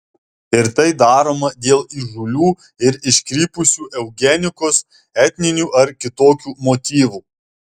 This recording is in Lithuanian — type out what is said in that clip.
ir tai daroma dėl įžūlių ir iškrypusių eugenikos etninių ar kitokių motyvų